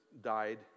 died